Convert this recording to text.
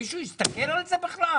מישהו יסתכל על זה בכלל?